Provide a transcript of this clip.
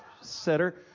setter